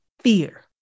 fear